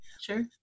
Sure